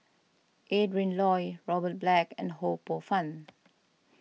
Adrin Loi Robert Black and Ho Poh Fun